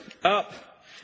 Up